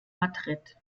madrid